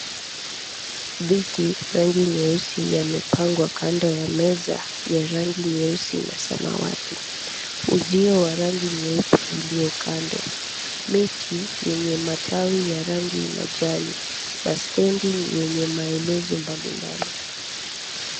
Viti rangi nyeusi yamepangwa kando ya meza ya rangi nyeusi na samawati. Uziyo wa rangi nyeupe ulio kando. Miti yenye matawi ya rangi majani na stendi yenye maelezo mbalimbali.